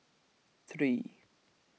three